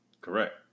Correct